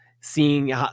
seeing